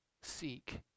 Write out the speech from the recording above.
seek